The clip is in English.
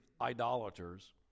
idolaters